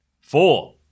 Four